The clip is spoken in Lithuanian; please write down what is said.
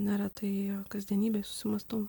neretai kasdienybėj susimąstau